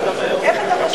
איך אתה,